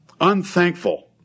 unthankful